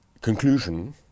Conclusion